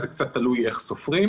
זה תלוי איך סופרים